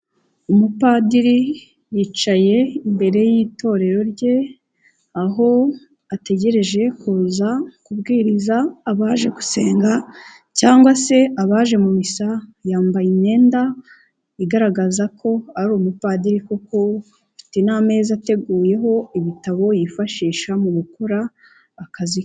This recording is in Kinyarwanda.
Umupadiri yicaye imbere y'itorero rye, aho ategereje kuza kubwiriza abaje gusenga cyangwa se abaje mu misa, yambaye imyenda igaragaza ko ari umupadiri koko afite n'ameza ateguyeho ibitabo yifashisha mu gukora akazi ke.